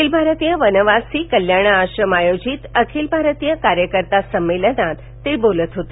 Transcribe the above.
अखिल भारतीय वनवासी कल्याण आश्रम आयोजित अखिल भारतीय कार्यकर्ता संमेलनात ते बोलत होते